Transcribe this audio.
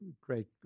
great